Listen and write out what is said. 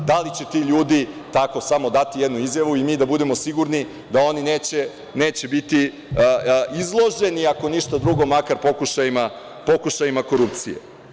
Da li će ti ljudi tako samo dati jednu izjavu i mi da budemo sigurni da oni neće biti izloženi, ako ništa drugo, makar pokušajima korupcije.